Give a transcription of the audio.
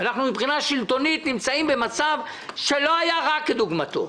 אנחנו מבחינה שלטונית נמצאים במצב שלא היה רע כדוגמתו.